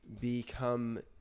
become